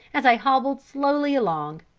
as i hobbled slowly along.